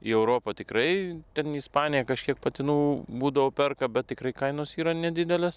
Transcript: į europą tikrai ten ispanija kažkiek patinų būdavo perka bet tikrai kainos yra nedidelės